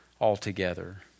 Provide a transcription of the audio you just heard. altogether